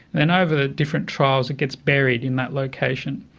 then over the different trials it gets buried in that location.